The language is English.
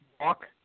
walk